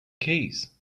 keys